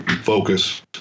focus